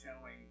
showing